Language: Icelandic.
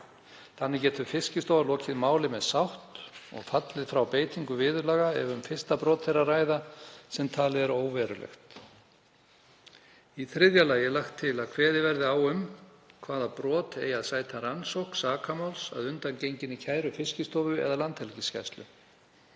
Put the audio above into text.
Þannig getur Fiskistofa lokið máli með sátt og fallið frá beitingu viðurlaga ef um fyrsta brot er að ræða sem talið er óverulegt. Í þriðja lagi er lagt til að kveðið verði á um hvaða brot eigi að sæta rannsókn sakamáls að undangenginni kæru Fiskistofu eða Landhelgisgæslu.